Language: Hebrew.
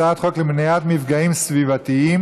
הצעת חוק למניעת מפגעים סביבתיים,